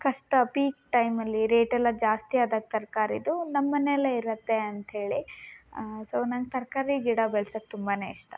ಕಷ್ಟ ಪೀಕ್ ಟೈಮಲ್ಲಿ ರೇಟ್ ಎಲ್ಲ ಜಾಸ್ತಿ ಆದಾಗ ತರಕಾರಿದು ನಮ್ಮ ಮನೆಯಲ್ಲೇ ಇರುತ್ತೆ ಅಂತ ಹೇಳಿ ಸೊ ನಂಗೆ ತರಕಾರಿ ಗಿಡ ಬೆಳ್ಸೋಕೆ ತುಂಬನೇ ಇಷ್ಟ